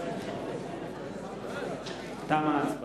תמה ההצבעה.